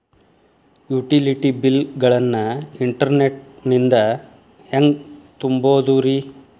Utility bill ಗಳನ್ನ internet ನಿಂದ ಹೆಂಗ್ ತುಂಬೋದುರಿ?